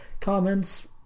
comments